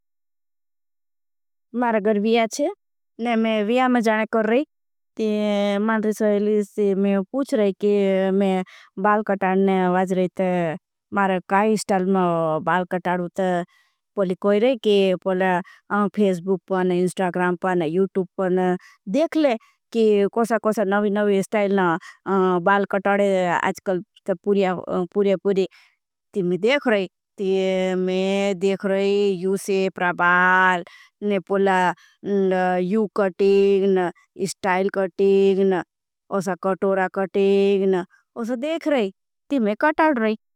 मारे घर व्याख्यान है और मैं व्याख्यान में जाने कर रहा हूँ। मैं पूछ रहा हूँ कि मैं बाल कटाड़ने वाज रहा हूँ। मारे काई स्टाल में बाल कटाड़ने वाज रहा हूँ। मैं पूछ रहा हूँ कि मैं पूछ रहा हूँ कि मैं पूछ रहा हूँ।